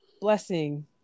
blessing